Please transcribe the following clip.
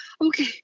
okay